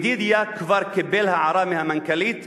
ידידיה כבר קיבל הערה מהמנכ"לית